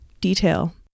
detail